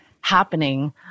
happening